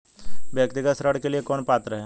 व्यक्तिगत ऋण के लिए कौन पात्र है?